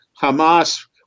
Hamas